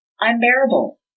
unbearable